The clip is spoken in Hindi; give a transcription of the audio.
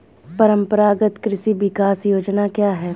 परंपरागत कृषि विकास योजना क्या है?